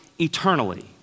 eternally